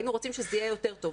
היינו רוצים שזה יהיה יותר טוב.